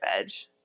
edge